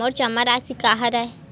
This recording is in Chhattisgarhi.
मोर जमा राशि का हरय?